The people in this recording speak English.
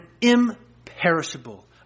imperishable